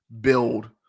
build